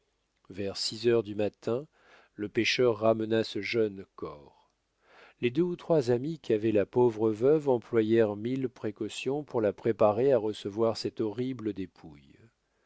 vers six heures du matin le pêcheur ramena ce jeune corps les deux ou trois amies qu'avait la pauvre veuve employèrent mille précautions pour la préparer à recevoir cette horrible dépouille